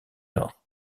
nord